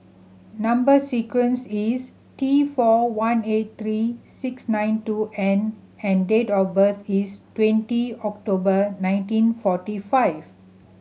number sequence is T four one eight three six nine two N and date of birth is twenty October nineteen forty five